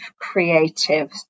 creative